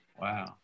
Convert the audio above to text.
Wow